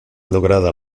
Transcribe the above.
lograda